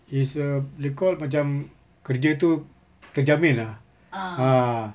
it's err they call macam kerja tu terjamin lah ah